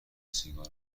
سیگار